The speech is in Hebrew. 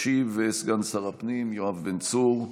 ישיב סגן שר הפנים יואב בן צור.